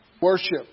worship